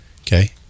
okay